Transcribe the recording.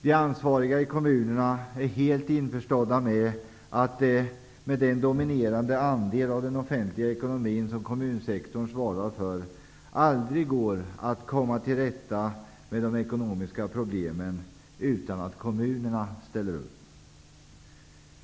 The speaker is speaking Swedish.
De ansvariga i kommunerna är helt införstådda med att det -- med den dominerande andel av den offentliga ekonomin som kommunsektorn svarar för -- aldrig går att komma till rätta med de ekonomiska problemen utan att kommunerna ställer upp.